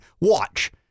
Watch